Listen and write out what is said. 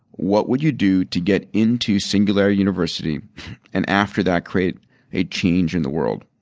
what would you do to get into singularity university and after that create a change in the world?